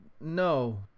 no